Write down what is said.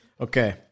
Okay